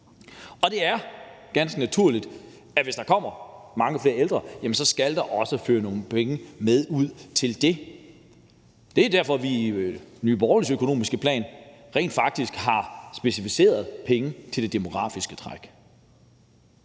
Og det er ganske naturligt, at hvis der kommer mange flere ældre, skal der også følge nogle penge med ud til det. Det er derfor, at vi i Nye Borgerliges økonomiske plan rent faktisk har allokeret penge til det demografiske træk.